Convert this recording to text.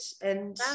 and-